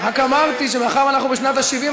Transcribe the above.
רק אמרתי שמאחר שאנחנו בשנת ה-70,